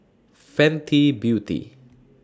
Fenty Beauty